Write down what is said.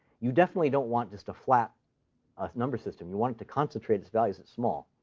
you definitely don't want just a flat number system. you want it to concentrate its values at small.